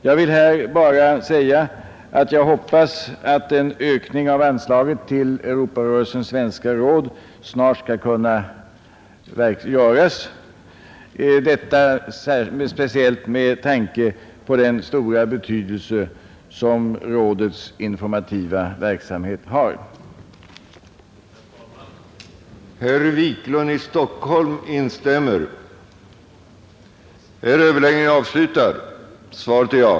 Jag vill här bara framhålla att jag hoppas att anslaget till Europarörelsens Svenska Råd snart skall kunna ökas, detta speciellt med tanke på den stora betydelse som rådets informativa verksamhet har.